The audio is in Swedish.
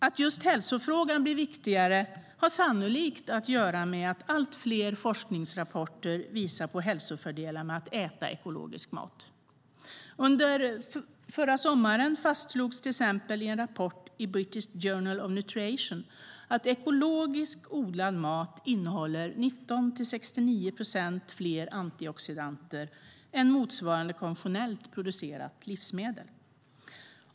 Att just hälsofrågan blir viktigare har sannolikt att göra med att allt fler forskningsrapporter visar på hälsofördelarna med att äta ekologisk mat. Under förra sommaren fastslogs till exempel i en rapport i British Journal of Nutrition att ekologiskt odlad mat innehåller 19-69 procent fler antioxidanter än motsvarande konventionellt producerade livsmedel.